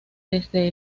desde